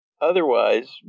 Otherwise